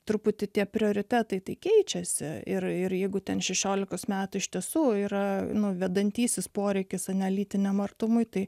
truputį tie prioritetai keičiasi ir ir jeigu ten šešiolikos metų iš tiesų yra nu vedantysis poreikis ane lytiniam artumui tai